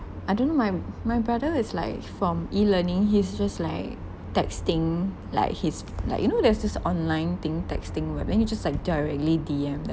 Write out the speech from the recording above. I don't know my my brother is like from E-learning he's just like texting like he's like you know there's this online thing texting web he just like directly D_M them